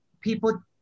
people